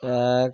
আর